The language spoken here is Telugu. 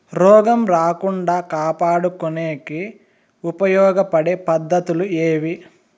రోగం రాకుండా కాపాడుకునేకి ఉపయోగపడే పద్ధతులు ఏవి?